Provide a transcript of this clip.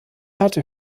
hatte